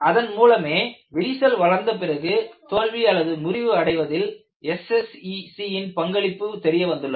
அதன் மூலமே விரிசல் வளர்ந்த பிறகு தோல்விமுறிவு அடைவதில் SSC ன் பங்களிப்பு தெரியவந்துள்ளது